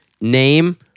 name